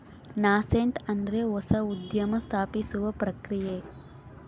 nascent ಅಂದ್ರೆ ಹೊಸ ಉದ್ಯಮ ಸ್ಥಾಪಿಸುವ ಪ್ರಕ್ರಿಯೆ